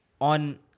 on